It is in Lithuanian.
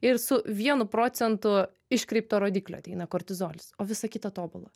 ir su vienu procentu iškreipto rodiklio ateina kortizolis o visa kita tobula